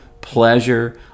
pleasure